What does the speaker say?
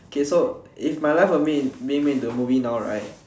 okay so if my life was being made into a movie now right